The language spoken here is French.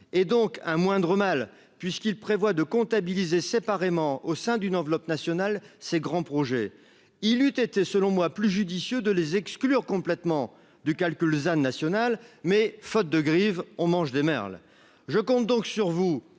et donc un moindre mal puisqu'il prévoit de comptabiliser séparément au sein d'une enveloppe nationale ces grands projets, il lutte était selon moi plus judicieux de les exclure complètement du calcul Lausanne nationale mais faute de grives, on mange des merles. Je compte donc sur vous,